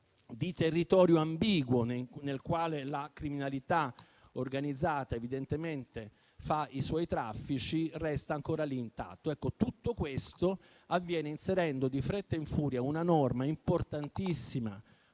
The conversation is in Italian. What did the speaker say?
di territorio ambiguo nel quale la criminalità organizzata porta avanti i propri traffici restano ancora intatte. Tutto questo avviene inserendo in fretta e furia una norma importantissima